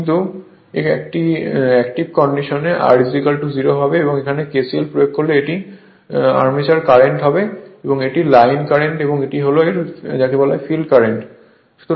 কিন্তু একটি অ্যাক্টিভ কন্ডিশনে r 0 এবং এখানে KCL প্রয়োগ করলে এটি প্রয়োগ করলে এটি অর্মেচার কারেন্ট এটি লাইন কারেন্ট এবং এটি হল যাকে ফিল্ড কারেন্ট বলে